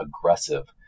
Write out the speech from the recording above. aggressive